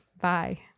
bye